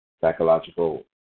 psychological